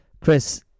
Chris